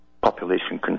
population